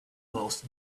most